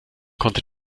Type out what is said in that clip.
konnte